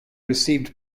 received